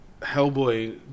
Hellboy